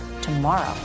tomorrow